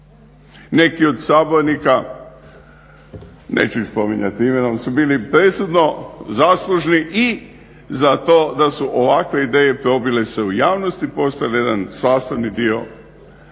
imenom, su bili presudno zaslužni i za to da su ovakve ideje probile se u javnost i postale jedan sastavni dio